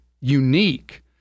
unique